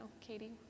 Katie